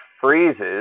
freezes